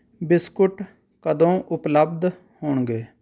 biscuit ਕਦੋਂ ਉਪਲਬਧ ਹੋਣਗੇ